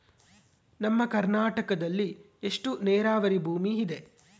ನಮ್ಮ ಕರ್ನಾಟಕದಲ್ಲಿ ಎಷ್ಟು ನೇರಾವರಿ ಭೂಮಿ ಇದೆ?